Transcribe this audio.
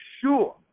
sure